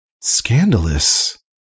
scandalous